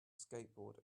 skateboard